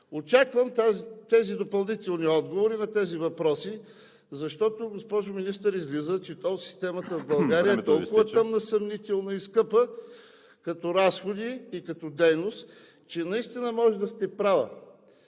Очаквам допълнителни отговори на тези въпроси, защото, госпожо Министър, излиза, че тол системата в България е толкова тъмна, съмнителна и скъпа като разходи и като дейност, че наистина може да сте права